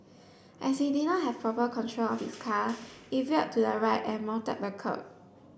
as he did not have proper control of his car it veered to the right and mounted the kerb